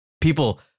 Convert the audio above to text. people